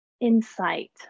insight